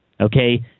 Okay